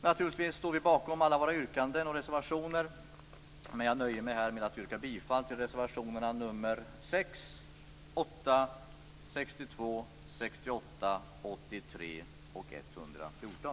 Naturligtvis står vi bakom alla våra yrkanden och reservationer, men jag nöjer mig här med att yrka bifall till reservationerna nr 6, 8, 62, 68, 83 och 114.